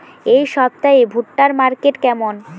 এই সপ্তাহে ভুট্টার মার্কেট কেমন?